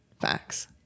facts